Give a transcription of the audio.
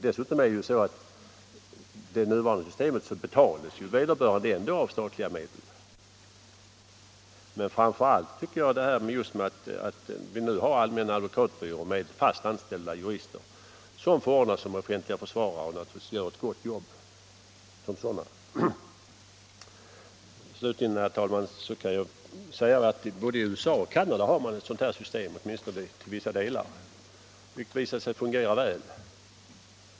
Dessutom är det så att vederbörande med det nuvarande systemet ändå betalas av statliga medel. Men vad som framför allt talar mot kritiken av förslaget är det faktum att vi nu har Allmänna advokatbyrån med fast anställda jurister som förordnas som offentliga försvarare och naturligtvis gör ett gott jobb som sådana. Slutligen, fru talman, vill jag säga att man i både USA och Canada har ett sådant här system, åtminstone till vissa delar, vilket visat sig fungera väl.